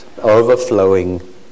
overflowing